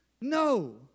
No